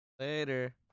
Later